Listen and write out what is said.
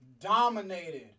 dominated